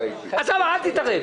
אמיר מוריץ, אל תתערב.